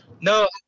No